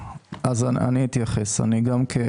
כמוכם, גם אני